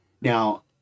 Now